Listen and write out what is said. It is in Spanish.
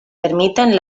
permiten